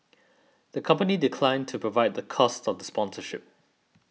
the company declined to provide the cost of sponsorship